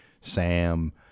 Sam